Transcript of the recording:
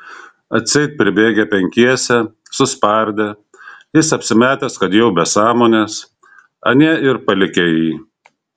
atseit pribėgę penkiese suspardę jis apsimetęs kad jau be sąmonės anie ir palikę jį